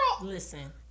Listen